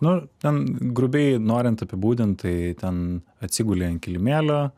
nu ten grubiai norint apibūdint tai ten atsiguli ant kilimėlio